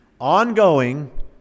ongoing